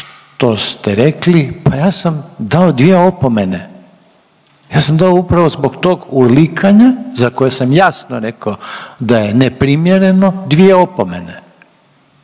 što ste rekli pa ja sam dao 2 opomene. Ja sam dao upravo zbog tog urlikanja za koje sam jasno rekao da je neprimjereno dvije opomene